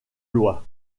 lois